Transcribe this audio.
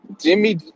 Jimmy